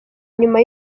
nyuma